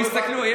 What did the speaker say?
לא הבנתי.